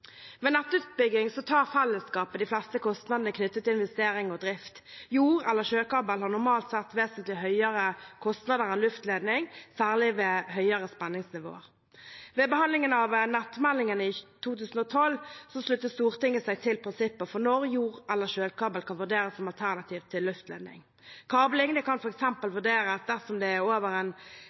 Ved nettutbygging tar felleskapet de fleste kostnadene knyttet til investering og drift. Jord- eller sjøkabel har normalt sett vesentlig høyere kostnader enn luftledning, særlig ved høyere spenningsnivåer. Ved behandlingen av nettmeldingen i 2012 sluttet Stortinget seg til prinsipper for når jord- eller sjøkabel kan vurderes som alternativ til luftledning. Kabling kan f.eks. vurderes dersom det over en